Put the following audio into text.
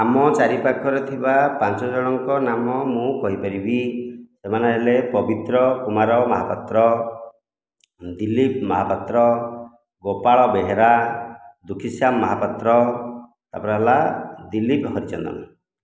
ଆମ ଚାରିପାଖରେ ଥିବା ପାଞ୍ଚ ଜଣଙ୍କ ନାମ ମୁଁ କହିପାରିବି ସେମାନେ ହେଲେ ପବିତ୍ର କୁମାର ମହାପାତ୍ର ଦିଲୀପ ମହାପାତ୍ର ଗୋପାଳ ବେହେରା ଦୁଖୀଶ୍ୟାମ ମହାପାତ୍ର ତାପରେ ହେଲା ଦିଲୀପ ହରିଚନ୍ଦନ